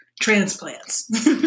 transplants